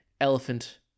elephant